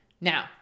now